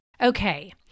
Okay